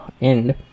end